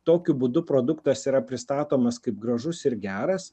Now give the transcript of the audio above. tokiu būdu produktas yra pristatomas kaip gražus ir geras